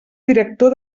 director